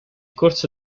corso